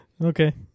Okay